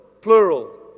plural